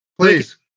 please